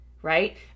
Right